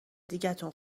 دیگتون